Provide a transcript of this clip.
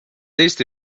eesti